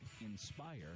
INSPIRE